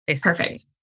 Perfect